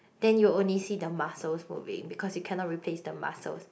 then you'll only see the muscles probably because you cannot replace the muscles